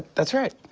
that's right.